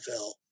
nfl